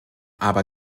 aber